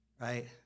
Right